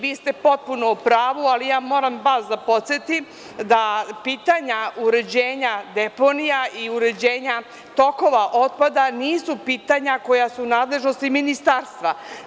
Vi ste potpuno u pravu, ali ja moram vas da podsetim da pitanja uređenja deponija i uređenja tokova otpada nisu pitanja koja su u nadležnosti ministarstva.